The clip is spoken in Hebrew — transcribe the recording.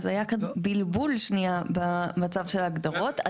אז היה כאן בלבול שנייה במצב של ההגדרות.